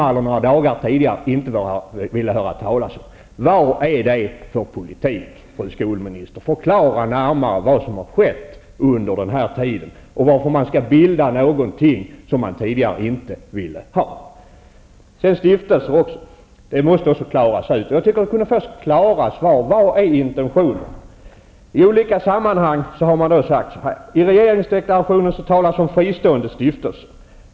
Men det får ni klara av inom familjen. Vad är detta för politik, fru skolminister? Förklara närmare vad det är som har skett under tiden och varför det skall bildas något som man tidigare inte ville ha. Vidare har vi frågan om stiftelser. Den måste också klaras ut. Först skulle jag vilja ha ett klart svar på vad intentionen är. I olika sammanhang har följande framkommit. I regeringsdeklarationen talas om fristående stiftelser.